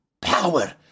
power